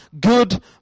good